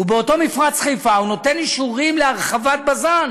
ובאותו מפרץ חיפה הוא נותן אישורים להרחבת בז"ן.